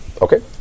Okay